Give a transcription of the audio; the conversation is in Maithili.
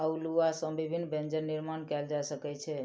अउलुआ सॅ विभिन्न व्यंजन निर्माण कयल जा सकै छै